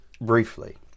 briefly